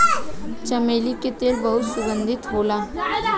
चमेली के तेल बहुत सुगंधित होला